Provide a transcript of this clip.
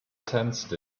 sensed